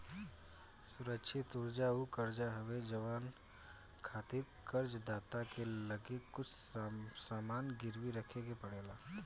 सुरक्षित कर्जा उ कर्जा हवे जवना खातिर कर्ज दाता के लगे कुछ सामान गिरवी रखे के पड़ेला